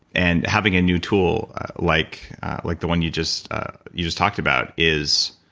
and having a new tool like like the one you just you just talked about is